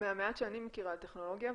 מהמעט שאני מכירה טכנולוגיה,